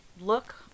look